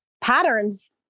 patterns